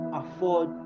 afford